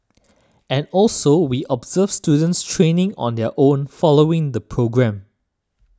and also we observe students training on their own following the programme